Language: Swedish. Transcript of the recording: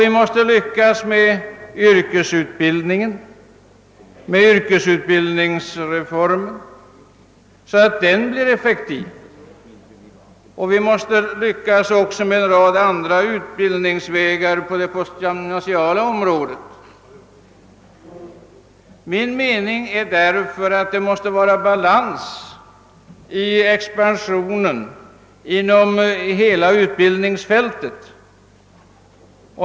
Vi måste också lyckas med yrkesutbildningsreformen, så att den blir effektiv, och vi måste lyckas med andra utbildningsvägar på det postgymnasiala området. Min mening är alltså att det måste vara balans i expansionen inom hela utbildningsfältet.